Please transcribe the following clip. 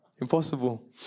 impossible